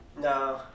No